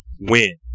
win